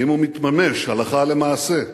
האם הוא מתממש הלכה למעשה?